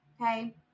okay